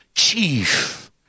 chief